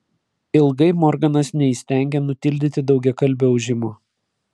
ilgai morganas neįstengė nutildyti daugiakalbio ūžimo